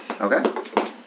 Okay